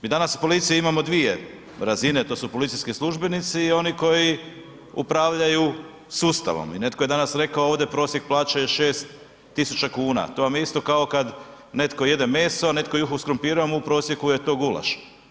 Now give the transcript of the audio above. Mi danas u policiji imamo dvije razine, to su policijski službenici i oni koji upravljaju sustavom i netko je danas rekao, prosjek plaće je 6 tisuća kuna, to vam je isto kao kada netko jede meso, a netko juhu s krumpirom, u prosjeku je to gulaš.